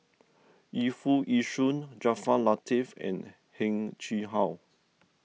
Yu Foo Yee Shoon Jaafar Latiff and Heng Chee How